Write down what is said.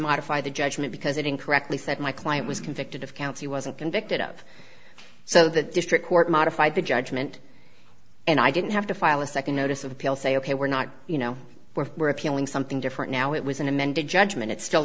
modify the judgment because it incorrectly set my client was convicted of counts he wasn't convicted of so the district court modified the judgment and i didn't have to file a second notice of appeal say ok we're not you know we're we're appealing something different now it was an amended judgment it's still